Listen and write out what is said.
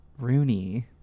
Rooney